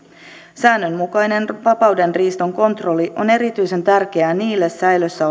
säännönmukainen vapaudenriiston kontrolli on erityisen tärkeää niille säilössä